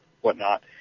whatnot